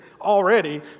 already